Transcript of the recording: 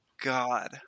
God